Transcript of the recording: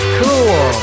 cool